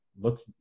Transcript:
looks